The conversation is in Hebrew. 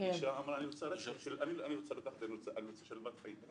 אני רוצה שלוות חיים.